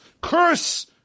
curse